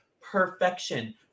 perfection